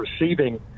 receiving